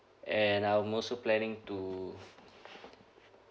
and I'm also planning to